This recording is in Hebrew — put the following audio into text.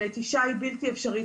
הנטישה היא בלתי אפשרית.